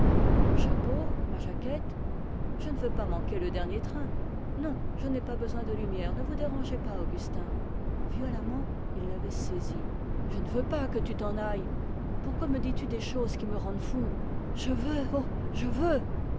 mon chapeau mon manteau je ne veux pas manquer le dernier train violemment il l'avait saisie je ne veux pas que tu t'en ailles pourquoi me dis-tu des choses qui me rendent fou je veux oh je veux